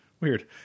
Weird